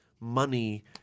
money